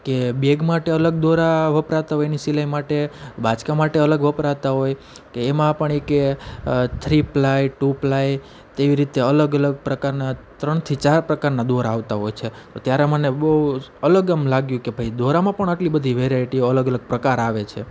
કે બેગ માટે અલગ દોરા વપરાતા હોય એની સિલાઈ માટે બાચકા માટે અલગ વપરાતા હોય કે એમાં પણ એ કહે થ્રી પ્લાય ટુ પ્લાય તેવી રીતે અલગ અલગ પ્રકારના ત્રણથી ચાર પ્રકારના દોરા આવતા હોય છે તો ત્યારે મને બહુ અલગ એમ લાગ્યું કે ભાઈ દોરામાં પણ આટલી બધી વેરાયટીઓ અલગ અલગ પ્રકાર આવે છે